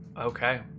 Okay